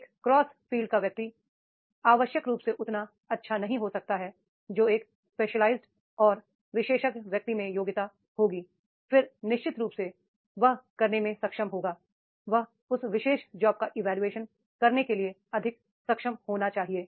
एक cross field का व्यक्ति आवश्यक रूप से उतना अच्छा नहीं हो सकता है जो एक स्पेशलाइज और विशेषज्ञ व्यक्ति में योग्यता होगी फिर निश्चित रूप से वह करने में सक्षम होगा वह उस विशेष जॉब का इवोल्यूशन करने के लिए अधिक सक्षम होना चाहिए